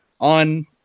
on